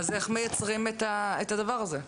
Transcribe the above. אז איך מייצרים את הדבר הזה?